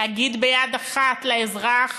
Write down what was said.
להגיד ביד אחת לאזרח